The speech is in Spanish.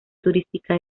turística